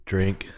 Drink